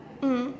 mm